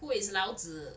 who is 老子